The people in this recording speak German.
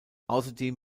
ausserdem